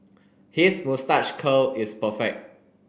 his moustache curl is perfect